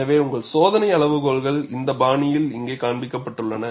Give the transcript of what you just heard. எனவே உங்கள் சோதனை அளவுகோல்கள் இந்த பாணியில் இங்கே காண்பிக்கப்பட்டுள்ளன